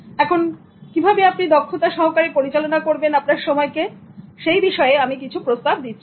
এখন কিভাবে আপনি দক্ষতা সহকারে পরিচালনা করবেন আপনার সময় কে সেই বিষয়ে আমি কিছু প্রস্তাব দিচ্ছি